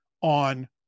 on